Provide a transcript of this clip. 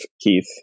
Keith